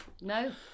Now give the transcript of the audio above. No